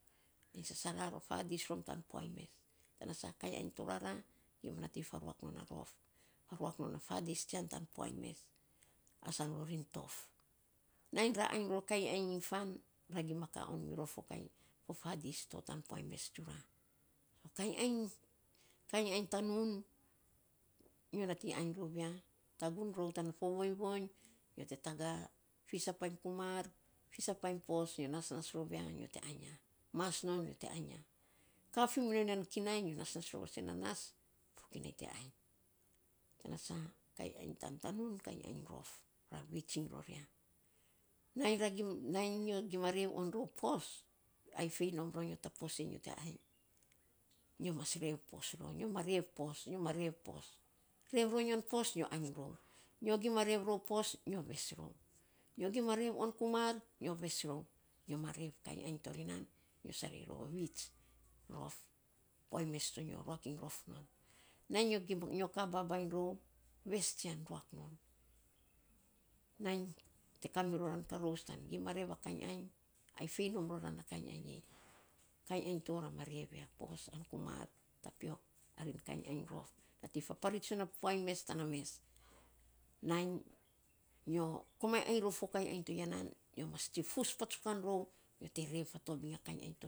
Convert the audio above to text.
Ainy sasara fadis rom tan puainy mess tan sa kainy ainy torara gima nating faruak non a rof. Faruak non a fais tan puainy mess asang rorin tof. Ainy ra ainy ror kainy ainy iny fan ra gima ka non mirror fo kainy fo fadis to tan puainy mess tsura. Kainy ainy, kain ainy tanum nyo nating ainy rou ya. Tagun rou tan fo voinyvoiny nyo te taga fissa painy kumar, fissa painy pos nyo nas nas rou ya nyo te ainy ya. Mas non nyo te ainy ya. Ka fi mi non yan kinai nyo nasnas roua sen na nas ana fokinai te ainy tana sa kainy ainy tanun kainy ainy rof. Ra viits iny ror ya. Nainy nyo gima rev on rou pos, ai fei rom ro nyo ta pos nyo te ainy nyo mas rev pos rou no ma rev pos nyo ma rev pos. Rev ro nyon pos nyo ainy ro, nyo gima rev rou pos, nyo ves rou nyo gima rev on kamar nyo ves rou. Nyo ma rev kainy ainy to ri nan nyo sarei rou a viits rof. Puainy mess tsonyo ruak iny rof non. Nainy nyo ka babainy rou ves tsian ruak non. Nainy ra ka miror a karous tan gima rev a kainy ainy ai fei non rora na kainy ainy a. Kain ainy to ra ma rev ya pos, tu kumar tapiok arin kainy ainy rof. Nainy faparits non a puainy mess tana mess. Ainy nyo komainy ainy rou fo kainy ainy to ya nan nyo mas tsivus patsukan rou nyo te rev fo kainy ainy to.